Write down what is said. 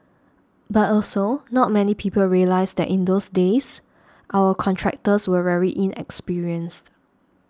but also not many people realise that in those days our contractors were very inexperienced